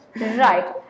Right